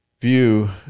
view